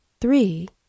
three